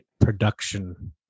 production